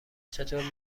چطور